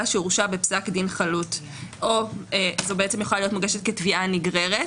שהורשע בפסק דין חלוט או זה יכול להיות מוגש כתביעה נגררת.